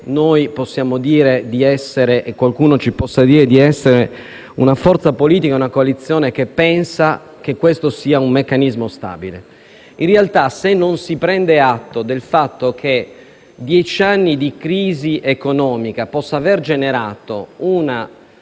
Non penso che qualcuno ci possa dire di essere una forza politica e una coalizione che pensa che questo sia un meccanismo stabile. In realtà, se non si prende atto del fatto che dieci anni di crisi economica possano aver generato una